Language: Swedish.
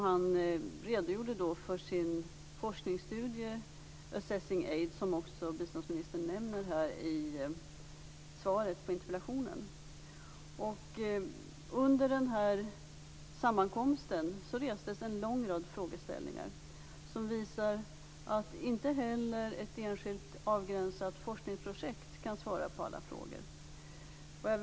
Han redogjorde för sin forskningsstudie Assessing Aid, som också biståndsministern nämner i svaret på interpellationen. Under sammankomsten restes en lång rad frågeställningar som visar att inte heller ett enskilt avgränsat forskningsprojekt kan svara på alla frågor.